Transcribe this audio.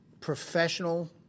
professional